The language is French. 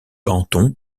canton